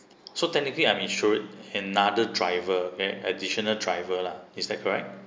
so technically I'm insured another driver ad~ additional driver lah is that correct